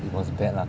it was bad lah